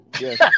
Yes